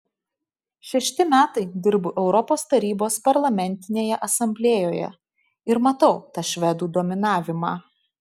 šešti metai dirbu europos tarybos parlamentinėje asamblėjoje ir matau tą švedų dominavimą